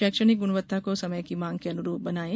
शैक्षणिक गुणवत्ता को समय की माँग के अनुरूप बनायें